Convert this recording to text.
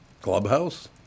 clubhouse